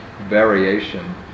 variation